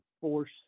force